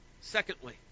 Secondly